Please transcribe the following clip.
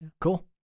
cool